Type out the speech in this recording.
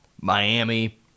Miami